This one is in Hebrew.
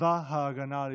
צבא הגנה לישראל.